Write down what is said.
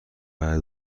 بعد